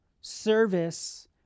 service